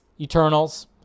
Eternals